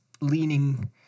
leaning